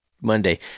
Monday